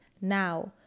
now